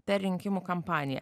per rinkimų kampaniją